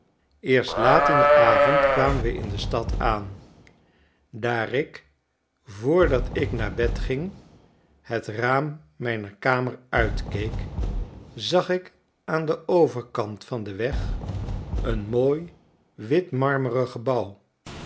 eerst laat in den avond kwamen we in de stad aan daar ik voordat ik naar bed ging het raam mijner kamer uitkeek zag ik aan den overkant van den weg een mooi wit marmeren